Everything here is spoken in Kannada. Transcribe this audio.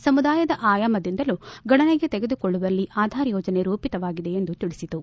ಸಮುದಾಯದ ಆಯಾಮದಿಂದಲೂ ಗಣನೆಗೆ ತೆಗೆದುಕೊಳ್ಳುವಲ್ಲಿ ಆಧಾರ್ ಯೋಜನೆ ರೂಪಿತವಾಗಿದೆ ಎಂದು ತಿಳಿಸಿತು